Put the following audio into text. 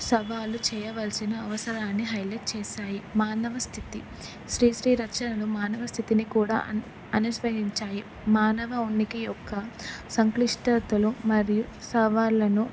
సవాళ్లు చేయవలసిన అవసరాన్ని హైలైట్ చేశాయి మానవ స్థితి శ్రీ శ్రీ రచనలు మానవ స్థితిని కూడా అనుస్వయించాయి మానవ ఉనికి యొక్క సంక్లిష్టతలు మరియు సవాళ్ళను